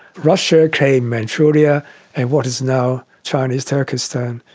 russia claimed manchuria and what is now chinese turkestan.